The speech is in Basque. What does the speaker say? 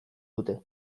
dute